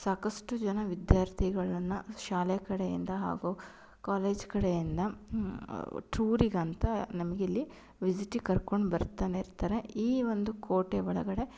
ಸಾಕಷ್ಟು ಜನ ವಿದ್ಯಾರ್ಥಿಗಳನ್ನು ಶಾಲೆ ಕಡೆಯಿಂದ ಹಾಗೂ ಕಾಲೇಜ್ ಕಡೆಯಿಂದ ಠೂರಿಗಂತ ನಮ್ಗೆ ಇಲ್ಲಿ ವಿಸಿಟಿಗೆ ಕರ್ಕೊಂಡು ಬರ್ತನೇ ಇರ್ತಾರೆ ಈ ಒಂದು ಕೋಟೆ ಒಳಗಡೆ